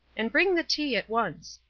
and bring the tea at once.